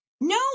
No